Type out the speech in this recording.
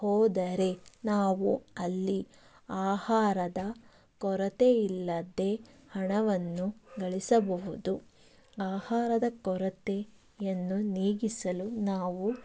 ಹೋದರೆ ನಾವು ಅಲ್ಲಿ ಆಹಾರದ ಕೊರತೆಯಿಲ್ಲದೆ ಹಣವನ್ನು ಗಳಿಸಬಹುದು ಆಹಾರದ ಕೊರತೆಯನ್ನು ನೀಗಿಸಲು ನಾವು